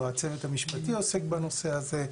או הצוות המשפטי עוסק בנושא הזה,